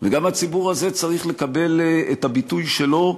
וגם הציבור הזה צריך לקבל את הביטוי שלו,